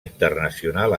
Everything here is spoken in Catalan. internacional